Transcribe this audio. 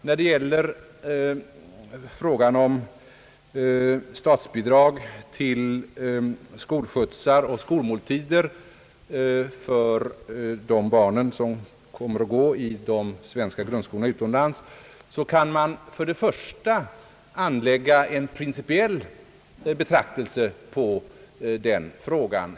När det gäller frågan om statsbidrag till skolskjutsar och skolmåltider för de barn som skall gå i de svenska grundskolorna utomlands kan man till att börja med anlägga en principiell betraktelse på den frågan.